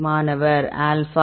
மாணவர் ஆல்பா